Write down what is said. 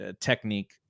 technique